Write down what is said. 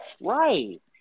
right